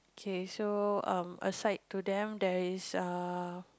okay so um aside to them there is err